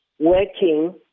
working